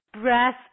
Breath